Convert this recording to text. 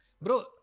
bro